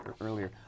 earlier